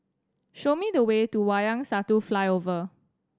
show me the way to Wayang Satu Flyover